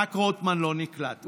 רק רוטמן לא נקלט.